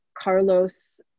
Carlos